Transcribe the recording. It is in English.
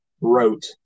wrote